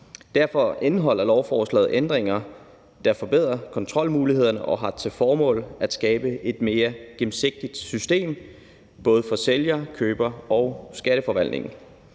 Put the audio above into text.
Derfor indeholder lovforslaget ændringer, der forbedrer kontrolmulighederne, og som har til formål at skabe et mere gennemsigtigt system, både for sælger, køber og Skatteforvaltningen.